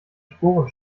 sporen